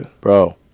Bro